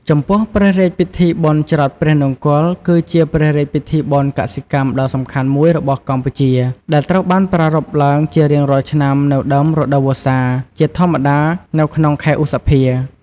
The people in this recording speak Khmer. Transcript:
ចំពោះព្រះរាជពិធីបុណ្យច្រត់ព្រះនង្គ័ល គឺជាព្រះរាជពិធីបុណ្យកសិកម្មដ៏សំខាន់មួយរបស់កម្ពុជា ដែលត្រូវបានប្រារព្ធឡើងជារៀងរាល់ឆ្នាំនៅ ដើមរដូវវស្សា ជាធម្មតានៅក្នុងខែឧសភា។